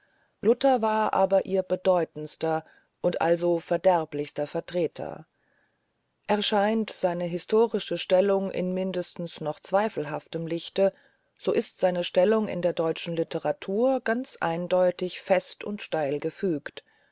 luther aber war ihr bedeutendster und also verderblichster vertreter erscheint seine historische stellung in mindestens zweifelhaftem lichte so ist seine stellung in der deutschen literatur eindeutig fest und steil gefügt